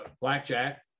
Blackjack